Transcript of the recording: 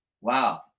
wow